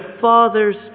Father's